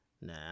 nah